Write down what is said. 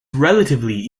relatively